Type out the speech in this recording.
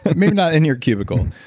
but maybe not in your cubicle,